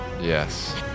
Yes